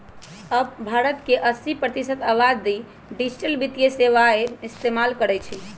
अब भारत के अस्सी प्रतिशत आबादी डिजिटल वित्तीय सेवाएं इस्तेमाल करई छई